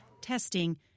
testing